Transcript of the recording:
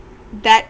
that